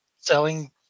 selling